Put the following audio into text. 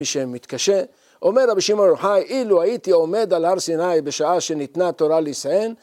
מי שמתקשה. אומר רבי שמעון בר יוחאי אילו הייתי עומד על הר סיני בשעה שניתנה תורה לישראל